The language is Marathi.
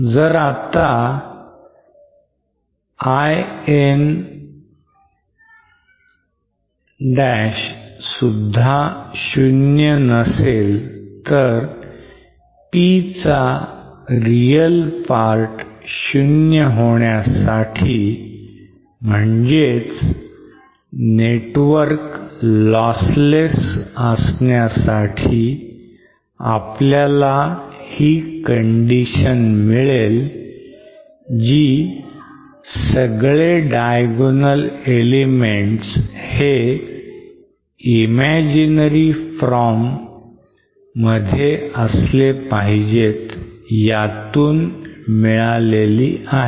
जर आता In" सुद्धा शून्य नसेल तर P चा real part 0 होण्यासाठी म्हणजेच network lossless असण्यासाठी आपल्याला ही condition मिळेल जी सगळे diagonal elements हे imaginary from मध्ये असले पाहिजेत यातून मिळालेली आहे